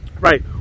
right